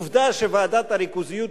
עובדה שוועדת הריכוזיות,